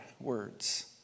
words